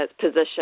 position